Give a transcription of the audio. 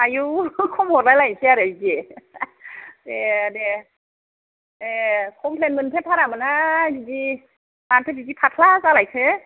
आइयौव खम हरलाय लायसै आरो बिदि दे दे ए कमफ्लेन मोनफोर थारामोन हाय बिदि मानोथो बिदि फाथ्ला जालायखो